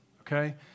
okay